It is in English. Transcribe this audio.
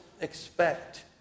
expect